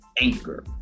Anchor